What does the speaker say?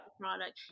product